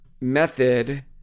method